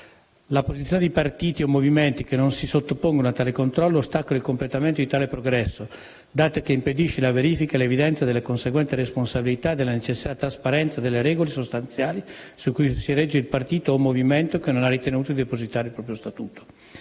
La posizione di partiti o movimenti che non si sottopongono a tale controllo ostacola il completamento di tale progresso, dato che impedisce la verifica e l'evidenza della conseguente responsabilità e della necessaria trasparenza delle regole sostanziali su cui si regge il partito o movimento che non ha ritenuto di depositare il proprio statuto.